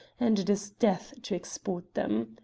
and it is death to export them.